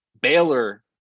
Baylor